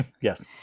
Yes